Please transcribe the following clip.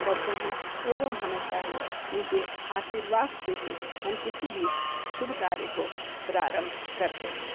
करते हैं एवं हमें सही उनके आशीर्वाद से ही हम किसी भी शुभ कार्य को प्रारंभ करते हैं